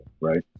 right